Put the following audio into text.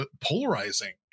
polarizing